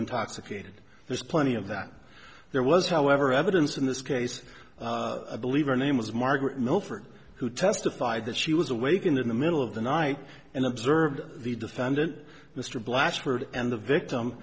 intoxicated there's plenty of that there was however evidence in this case i believe her name was margaret milford who testified that she was awakened in the middle of the night and observed the defendant mr blatchford and the victim